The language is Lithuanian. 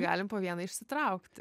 galim po vieną išsitraukti